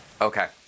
Okay